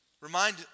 Remind